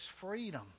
freedom